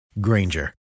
Granger